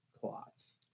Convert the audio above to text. clots